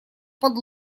под